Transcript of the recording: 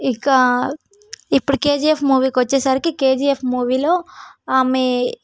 ఇక ఇప్పుడు కేజీఎఫ్ మూవీకి వచ్చేసరికి కేజీఎఫ్ మూవీలో ఆమె